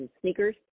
sneakers